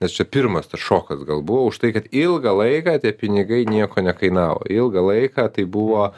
nes čia pirmas tas šokas gal buvo už tai kad ilgą laiką tie pinigai nieko nekainavo ilgą laiką tai buvo